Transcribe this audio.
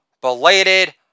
belated